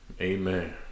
Amen